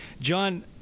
John